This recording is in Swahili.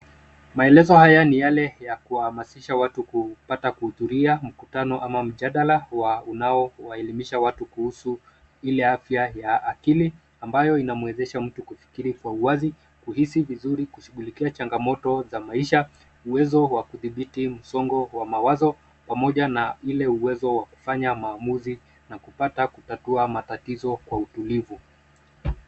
Maelezo haya ni yale ya kuhamasisha watu kupata kuhudhuria mkutano ama mjadala wa unaowaelimisha watu kuhusu ile afya ya akili, ambayo inamwezesha mtu kufikiri kwa uwazi, kuhisi vizuri, kushughulikia changamoto za maisha, uwezo wa kudhibiti msongo wa mawazo, pamoja na ile uwezo wa kufanya maamuzi na kupata kutatua matatizo kwa utulivu.